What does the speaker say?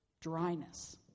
dryness